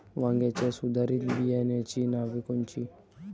वांग्याच्या सुधारित बियाणांची नावे कोनची?